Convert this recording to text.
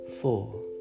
Four